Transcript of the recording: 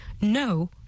No